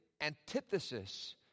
antithesis